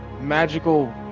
magical